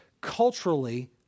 culturally